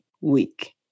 week